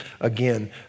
again